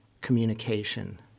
communication